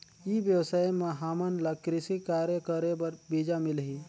ई व्यवसाय म हामन ला कृषि कार्य करे बर बीजा मिलही?